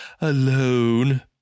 alone